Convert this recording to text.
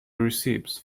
receipts